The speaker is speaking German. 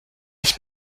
ich